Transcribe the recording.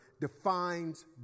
defines